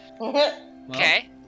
Okay